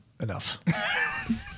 Enough